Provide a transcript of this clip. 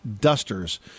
Dusters